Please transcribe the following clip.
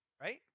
Right